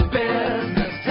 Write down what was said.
business